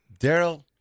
Daryl